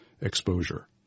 exposure